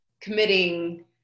committing